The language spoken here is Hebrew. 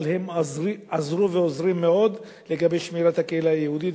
אבל הם עזרו ועוזרים מאוד לגבי שמירת הקהילה היהודית,